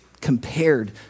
compared